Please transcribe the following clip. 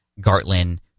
Gartland